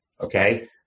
Okay